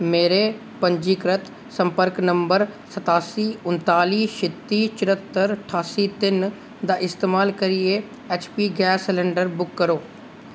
मेरे पंजीकृत संपर्क नंबर सतासी उनताली छित्ती चरह्तर ठासी तिन दा इस्तमाल करियै एचपी गैस सलंडर बुक करो